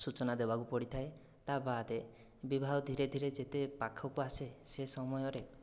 ସୂଚନା ଦେବାକୁ ପଡ଼ିଥାଏ ତା ବାଦ୍ ବିବାହ ଧୀରେ ଧୀରେ ଯେତେ ପାଖକୁ ଆସେ ସେ ସମୟରେ